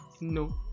no